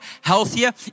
healthier